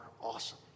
awesome